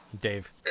dave